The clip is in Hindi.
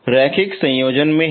रैखिक संयोजन में हैं